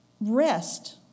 Rest